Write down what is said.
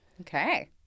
Okay